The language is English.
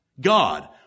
God